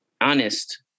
honest